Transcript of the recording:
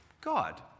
God